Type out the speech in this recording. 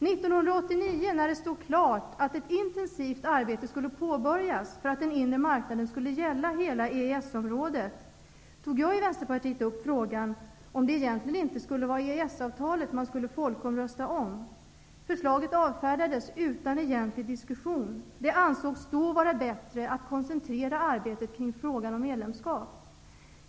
1989, när det stod klart att ett intensivt arbete skulle påbörjas för att den inre marknaden skulle gälla i hela EES-området, tog jag i Vänsterpartiet upp frågan om det egentligen inte var EES-avtalet som man skulle folkomrösta om. Förslaget avfärdades utan någon egentlig diskussion. Det ansågs då vara bättre att koncentrera arbetet kring frågan om ett medlemskap.